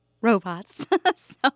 robots